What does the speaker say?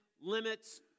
limits